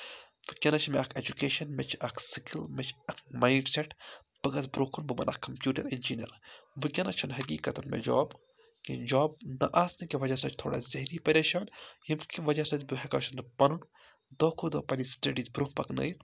وٕنکیٚنَس چھِ مےٚ اَکھ ایٚجُکیشَن مےٚ چھِ اَکھ سِکِل مےٚ چھِ اَکھ مایِنٛڈ سیٚٹ بہٕ گژھٕ برونٛہہ کُن بہٕ بہٕ اَکھ کَمپیوٗٹَر اِنجیٖنَر وٕنکٮ۪نَس چھُنہٕ حقیٖقَتَن مےٚ جاب کینٛہہ جاب نہ آسنہٕ کہِ وجہ سۭتۍ چھِ تھوڑا ذہری پریشان ییٚمہِ کہِ وجہ سۭتۍ بہٕ ہٮ۪کہٕ چھُس نہٕ پَنُن دۄہ کھۄتہٕ دۄہ پَنٕنۍ سٹڈیٖز برونٛہہ پَکنٲیِتھ